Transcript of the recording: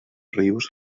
rius